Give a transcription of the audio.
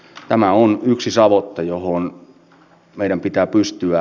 tämä on yksi savotta johon meidän pitää pystyä